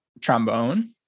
trombone